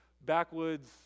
backwoods